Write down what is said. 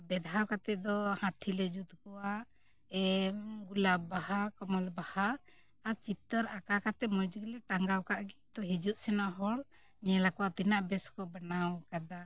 ᱵᱮᱫᱷᱟᱣ ᱠᱟᱛᱮ ᱫᱚ ᱦᱟᱹᱛᱤ ᱞᱮ ᱡᱩᱛ ᱠᱚᱣᱟ ᱮ ᱜᱚᱞᱟᱯ ᱵᱟᱦᱟ ᱠᱚᱢᱚᱞ ᱵᱟᱦᱟ ᱟᱨ ᱪᱤᱛᱟᱹᱨ ᱟᱸᱠᱟᱣ ᱠᱟᱛᱮ ᱢᱚᱡᱽ ᱜᱮᱞᱮ ᱴᱟᱸᱜᱟᱣ ᱠᱟᱜ ᱜᱮ ᱛᱚ ᱦᱤᱡᱩᱜ ᱥᱮᱱᱟᱜ ᱦᱚᱲ ᱧᱮᱞ ᱟᱠᱚ ᱟᱨ ᱛᱤᱱᱟᱹᱜ ᱵᱮᱥ ᱠᱚ ᱵᱮᱱᱟᱣ ᱟᱠᱟᱫᱟ